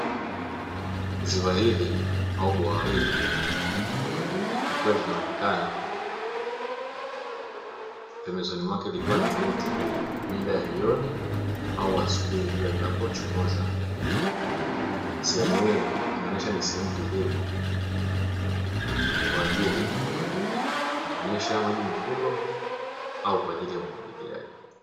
Ziwa hili au bwawa hili likiwa linaonekana pembezoni mwake likiwa na miti mida ya jioni au asubuhi jua linapo chomoza, sehemu hii inaonyesha ni sehemu tulivu kwajili ya kunywesha maji mifugo au kwajili ya umwagiliaji.